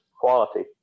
quality